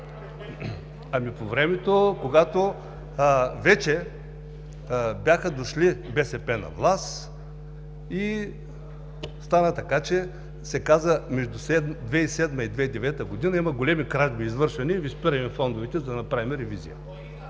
Ами по времето, когато вече бяха дошли БСП на власт и стана така, че се каза между 2007 г. и 2009 г. има големи кражби, извършени, и Ви спираме фондовете, за да направим ревизия.